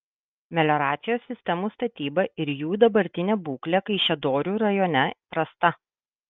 melioracijos sistemų statyba ir jų dabartinė būklė kaišiadorių rajone prasta